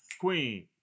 queen